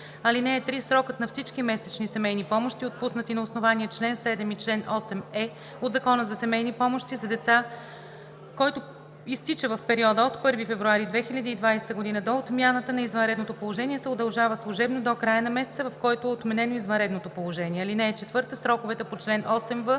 (3) Срокът на всички месечни семейни помощи, отпуснати на основание чл. 7 и чл. 8е от Закона за семейни помощи за деца, който изтича в периода от 1 февруари 2020 г. до отмяната на извънредното положение, се удължава служебно до края на месеца, в който е отменено извънредното положение. (4) Сроковете по чл. 8в,